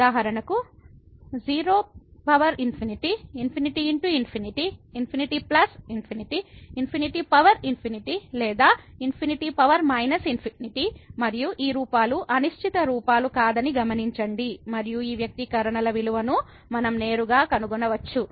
ఉదాహరణకు 0∞ ∞×∞∞∞∞∞ లేదా ∞∞ మరియు ఈ రూపాలు అనిశ్చిత రూపాలు కాదని గమనించండి మరియు ఈ వ్యక్తీకరణల విలువను మనం నేరుగా కనుగొనవచ్చు